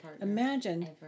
Imagine